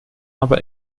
aber